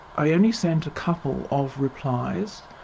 i only sent a couple of replies,